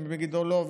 במגידו לא?